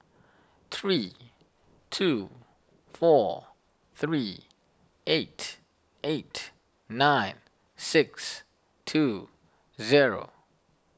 three two four three eight eight nine six two zero